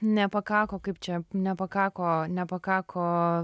nepakako kaip čia nepakako nepakako